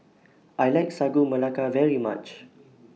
I like Sagu Melaka very much